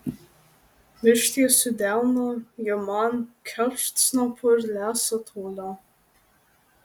ištiesiu delną ji man kepšt snapu ir lesa toliau